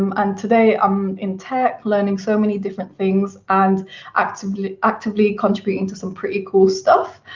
um and, today, i'm in tech, learning so many different things, and actively actively contributing to some pretty cool stuff.